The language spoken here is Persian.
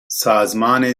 سازمان